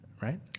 right